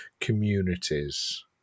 communities